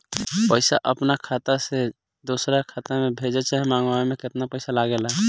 पैसा अपना खाता से दोसरा खाता मे भेजे चाहे मंगवावे में केतना पैसा लागेला?